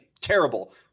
terrible